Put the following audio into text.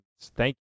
thank